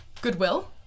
Goodwill